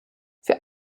für